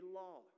law